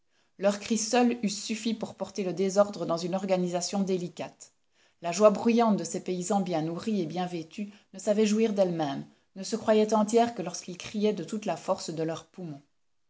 leurs cris seuls eussent suffi pour porter le désordre dans une organisation délicate la joie bruyante de ces paysans bien nourris et bien vêtus ne savait jouir d'elle-même ne se croyait entière que lorsqu'ils criaient de toute la force de leurs poumons